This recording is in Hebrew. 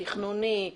תכנוני,